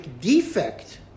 defect